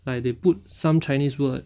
like they put some chinese word